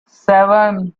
seven